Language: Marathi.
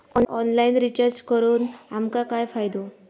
ऑनलाइन रिचार्ज करून आमका काय फायदो?